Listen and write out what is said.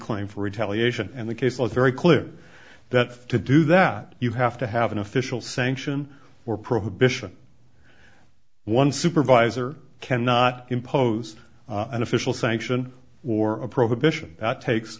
claim for retaliation and the case was very clear that to do that you have to have an official sanction or prohibition one supervisor cannot impose an official sanction or a prohibition that takes